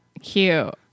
Cute